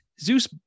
Zeus